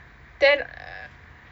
then uh